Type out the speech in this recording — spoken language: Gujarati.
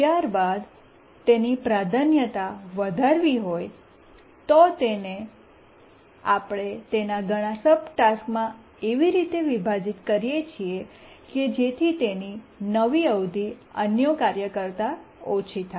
ત્યારબાદ તેની પ્રાધાન્યતા વધારવી હોય તો તેને આપણે તેને ઘણા સબટાસ્કમાં એવી રીતે વિભાજીત કરીએ છીએ કે જેથી તેની નવી અવધિ અન્ય કાર્યો કરતા ઓછી થાય